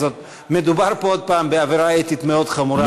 אז מדובר פה עוד פעם בעבירה אתית מאוד חמורה,